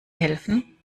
helfen